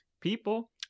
people